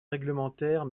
réglementaire